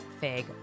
Fig